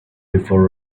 before